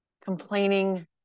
Complaining